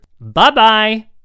Bye-bye